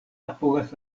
apogas